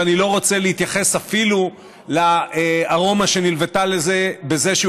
ואני לא רוצה להתייחס אפילו לארומה שנלוותה לזה בזה שהוא